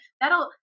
That'll